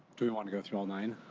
do we want to go through all nine?